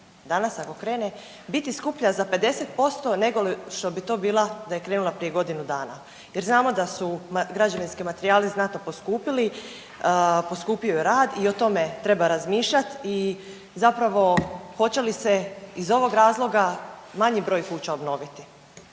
danas ako krene, biti skuplja za 50% nego što bi to bilo da je krenula prije godinu dana, jer znamo da su građevinski materijali znatno poskupili, poskupio je rad i o tome treba razmišljati i zapravo hoće li se i ovog razloga manji broj kuća obnoviti.